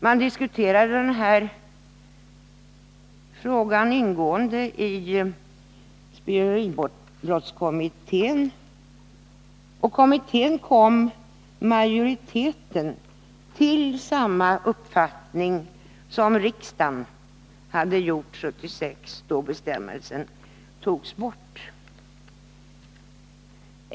Man diskuterade den här frågan ingående i spioneribrottskommittén, och kommitténs majoritet kom till samma uppfattning som riksdagen hade gjort 1976 då bestämmelsen togs bort.